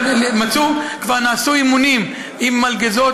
כבר נעשו אימונים עם מלגזות,